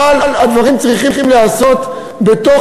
אני מתאר לעצמי שהוא בית-ספר טוב,